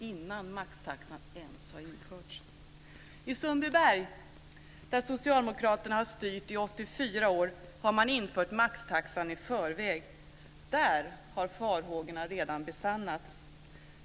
I Sundbyberg, där socialdemokraterna har styrt i 84 år, har man infört maxtaxan i förväg. Där har farhågorna redan besannats.